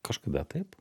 kažkada taip